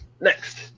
Next